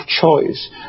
choice